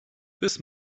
this